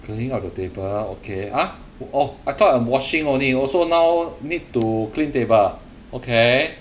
cleaning of the table okay !huh! oh I thought I'm washing only oh so now need to clean table ah okay